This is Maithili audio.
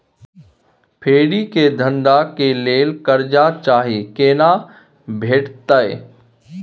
फेरी के धंधा के लेल कर्जा चाही केना भेटतै?